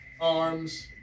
arms